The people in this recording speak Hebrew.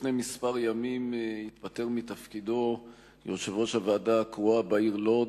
לפני כמה ימים התפטר מתפקידו יושב-ראש הוועדה הקרואה בעיר לוד